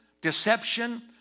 deception